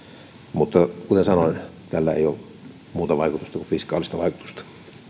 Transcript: mutta kuten sanoin tällä ei ole muuta vaikutusta kuin fiskaalista vaikutusta